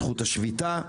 בין אם זאת זכות השביתה.